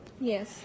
Yes